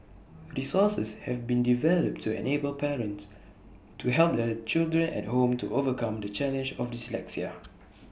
resources have been developed to enable parents to help their children at home to overcome the challenge of dyslexia